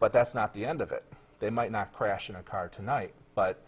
but that's not the end of it they might not a car tonight but